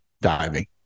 diving